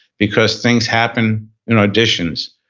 because things happen in auditions.